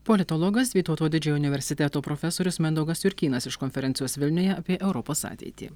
politologas vytauto didžiojo universiteto profesorius mindaugas jurkynas iš konferencijos vilniuje apie europos ateitį